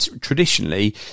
traditionally